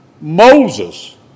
Moses